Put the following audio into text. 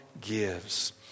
gives